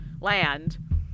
land